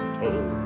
told